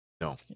No